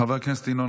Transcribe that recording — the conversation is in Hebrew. חבר הכנסת ינון